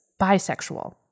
Bisexual